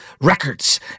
records